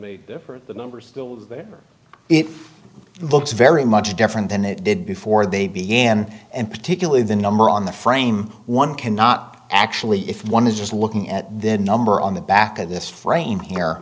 the numbers there it looks very much different than it did before they began and particularly the number on the frame one cannot actually if one is just looking at the number on the back of this frame here